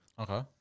okay